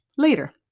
later